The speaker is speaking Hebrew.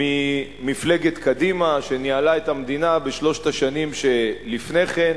ממפלגת קדימה שניהלה את המדינה בשלוש השנים שלפני כן.